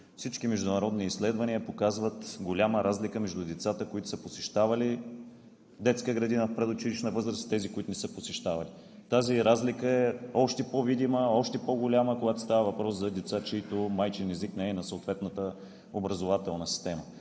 Всички международни изследвания показват голяма разлика между децата, които са посещавали детска градина в предучилищна възраст, и тези, които не са посещавали. Тази разлика е още по-видима, още по-голяма, когато става въпрос за деца, чийто майчин език не е на съответната образователна система.